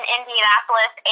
Indianapolis